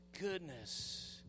goodness